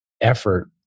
effort